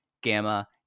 Gamma